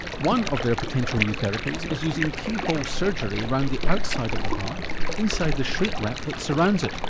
one of their potential new therapies is using keyhole surgery around the outside of the heart inside the shrink wrap that surrounds it,